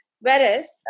Whereas